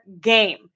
game